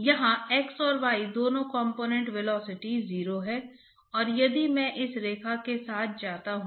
तो आप जान जाते हैं कि आपकी सकारात्मक दिशा क्या है तो बाकी सब ठीक हो जाता है